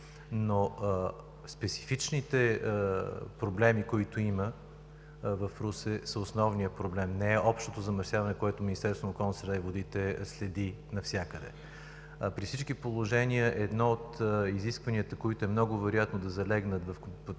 Специфичните проблеми, които има в Русе, са основният проблем, не общото замърсяване, което Министерството на околната среда и водите следи навсякъде. При всички положения едно от изискванията, които е много вероятно да залегнат